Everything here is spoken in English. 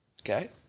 Okay